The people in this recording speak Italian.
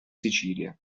sicilia